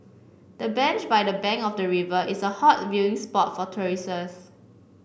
the bench by the bank of the river is a hot viewing spot for tourists